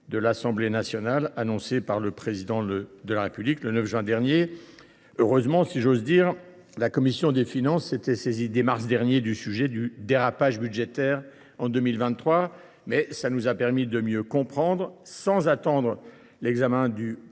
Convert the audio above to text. de l’Assemblée nationale annoncée par le Président de la République le 9 juin dernier. Heureusement, si j’ose dire, la commission des finances s’était saisie dès le mois de mars dernier de la question du dérapage budgétaire en 2023 : cela a permis de mieux comprendre, sans attendre l’examen de